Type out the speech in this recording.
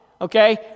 okay